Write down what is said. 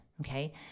Okay